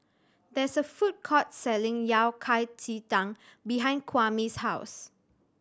there is a food court selling Yao Cai ji tang behind Kwame's house